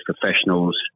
professionals